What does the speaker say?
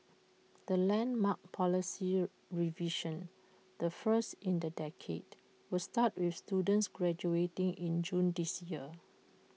the landmark policy revision the first in the decade will start with students graduating in June this year